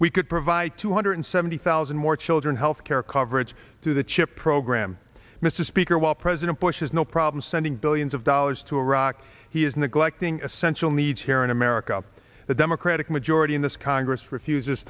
we could provide two hundred seventy thousand more children health care coverage through the chip program mr speaker while president bush has no problem sending billions of dollars to iraq he is neglecting essential needs here in america the democratic majority in this congress refuses